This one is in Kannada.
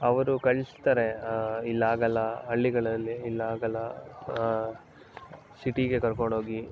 ಅವರು ಕಳಿಸ್ತಾರೆ ಇಲ್ಲಿ ಆಗಲ್ಲ ಹಳ್ಳಿಗಳಲ್ಲಿ ಇಲ್ಲಿ ಆಗಲ್ಲ ಸಿಟಿಗೆ ಕರ್ಕೊಂಡೋಗಿ